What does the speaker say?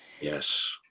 yes